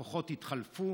הכוחות התחלפו,